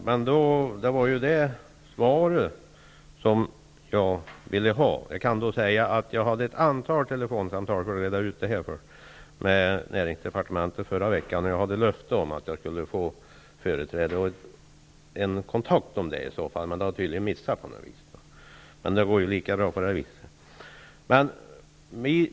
Fru talman! Det svaret har jag efterlyst. Jag kan säga att jag förra veckan hade ett antal telefonsamtal med personer på näringsdepartementet för att reda ut dessa saker. Jag fick då löfte om företräde när det gällde att få en kontakt. Tydligen har det missats. Men det går lika bra att ta upp saken på det här viset.